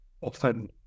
often